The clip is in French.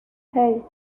hey